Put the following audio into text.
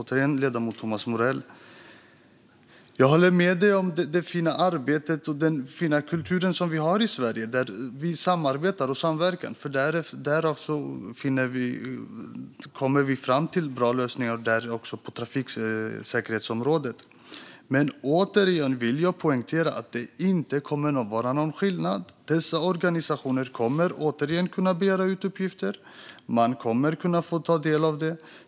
Fru talman! Jag håller med om det fina arbete och den fina kultur vi har i Sverige med samarbete och samverkan. Därav kommer vi fram till bra lösningar, också på trafiksäkerhetsområdet. Men återigen vill jag poängtera att det inte kommer att vara någon skillnad. Dessa organisationer kommer att kunna begära ut uppgifter. Man kommer att kunna få ta del av dem.